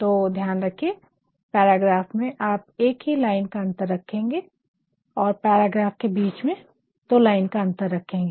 तो ध्यान रखिये की पैराग्राफ में आप एक ही लाइन का अंतर रखेंगे और पैराग्राफ के बीच में दो लाइन का अंतर रखेंगे